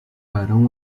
farão